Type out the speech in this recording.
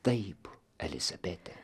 taip elizabete